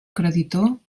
creditor